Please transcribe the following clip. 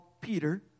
Peter